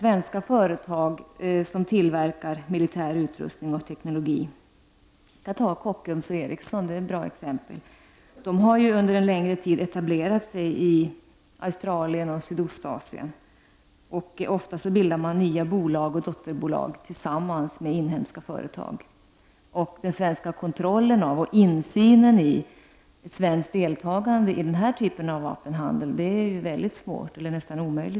Svenska företag som tillverkar militärutrustning och teknologi -- Kockums och Ericsson är bra exempel -- har under en längre tid etablerat sig i Australien och Sydostasien. Ofta bildar man nya bolag och dotterbolag tillsammans inhemska företag. Svensk kontroll av och insyn i svensk deltagande i den här typen av vapenhandel är nästan omöjlig.